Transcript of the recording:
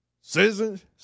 scissors